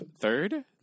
third